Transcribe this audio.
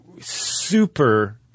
super